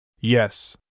Yes